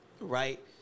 right